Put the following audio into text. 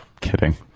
Kidding